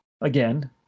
again